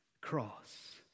cross